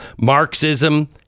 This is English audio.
Marxism